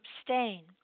abstain